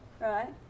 Right